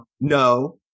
No